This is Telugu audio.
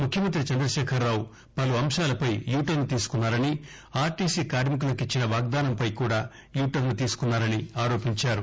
ముఖ్యమంతి చంద్రశేఖరరావు పలు అంశాలపై యూ టర్న్ తీసుకున్నారని ఆర్టిసి కార్మికులకిచ్చిన వాగ్దానంపై కూడా యూటర్న్ తీసుకున్నారని ఆరోపించారు